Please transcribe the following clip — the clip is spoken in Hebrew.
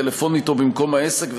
טלפונית או במקום העסק,